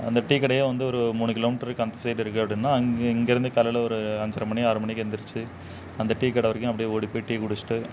அந்த டீ கடையே வந்து ஒரு மூணு கிலோ மீட்டருக்கு அந்த சைடு இருக்குது அப்படின்னா அங்கே இங்கேருந்து காலையில ஒரு அஞ்சரை மணி ஆறு மணிக்கு எழுந்துருச்சி அந்த டீ கடை வரைக்கும் அப்படியே ஓடி போய் டீ குடிச்சுட்டு